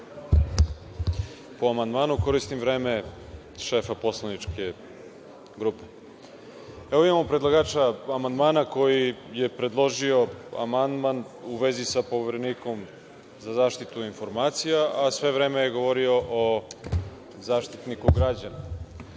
Po amandmanu, koristim vreme šefa poslaničke grupe. Imamo predlagača amandmana koji je predložio amandman u vezi sa Poverenikom za zaštitu informacija, a sve vreme je govorio o Zaštitniku građana.